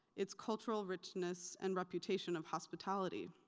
its cultural richness and reputation of hospitality.